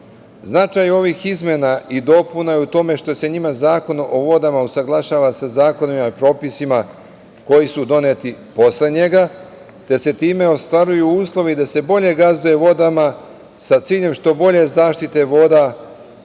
Značaj ovih izmena i dopuna je u tome što se njima Zakon o vodama usaglašava sa zakonima, propisima, koji su doneti posle njega, te se time ostvaruju uslovi da se bolje gazduje vodama, sa ciljem što bolje zaštite voda,